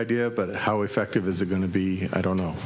idea but how effective is it going to be i don't know